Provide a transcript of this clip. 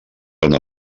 una